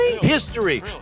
history